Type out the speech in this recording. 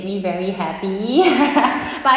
me very happy but